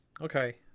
Okay